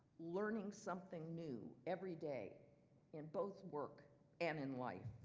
learning something new every day in both work and in life.